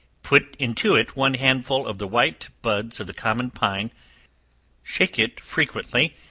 put into it one handful of the white buds of the common pine shake it frequently,